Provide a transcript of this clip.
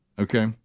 Okay